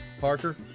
Parker